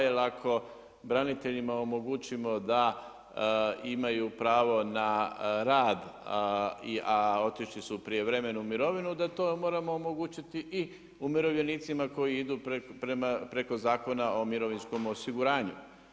Jer ako braniteljima omogućimo da imaju pravo na rad a otišli su u prijevremenu mirovinu, da to moramo omogućiti i umirovljenicima koji idu preko Zakona o mirovinskom osiguranju.